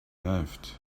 left